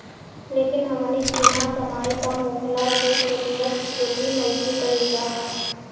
लेकिन हमनी किहाँ कमाई कम होखला से खेतिहर खेती नइखे कईल चाहत